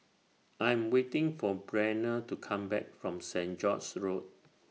I Am waiting For Breanna to Come Back from Saint George's Road